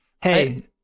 Hey